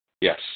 Yes